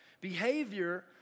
Behavior